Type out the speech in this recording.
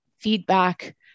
feedback